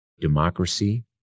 democracy